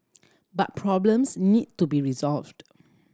but problems need to be resolved